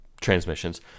transmissions